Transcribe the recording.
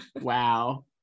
Wow